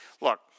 look –